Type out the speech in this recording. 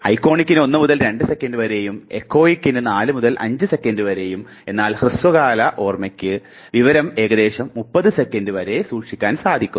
ഐക്കോണിക്കിന് 1 മുതൽ 2 സെക്കൻറു വരെയും എക്കോയിക്കിന് 4 മുതൽ 5 സെക്കൻറു വരെയും എന്നാൽ ഹ്രസ്വകാലത്തിന് വിവരം ഏകദേശം 30 സെക്കൻറു വരെയും സൂക്ഷിക്കാൻ സാധിക്കുന്നു